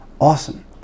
awesome